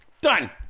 Done